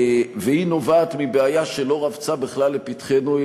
היא נובעת מבעיה שלא רבצה בכלל לפתחנו,